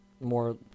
more